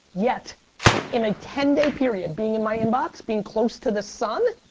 yet in a ten day period being in my inbox, being close to the sun,